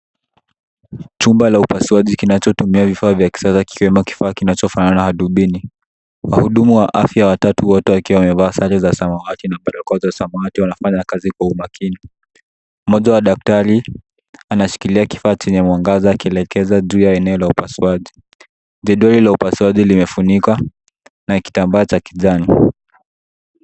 Chumba la upasuaji kinachotumia vifaa vya kisasa kikiwa na kifaa kinachofanana na dubini. Wahudumu wa afya watatu, wote wakiwa wamevaa sare za samawati na barakoa za samawati wanafanya kazi kwa makini. Mmoja wa daktari anashikilia kifaa chini ya mwangaza, akielekeza juu ya eneo la upasuaji. Jedwali la upasuaji limefunikwa na kitambaa cha kijani.